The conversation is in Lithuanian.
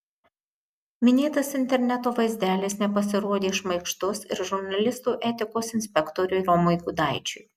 minėtas interneto vaizdelis nepasirodė šmaikštus ir žurnalistų etikos inspektoriui romui gudaičiui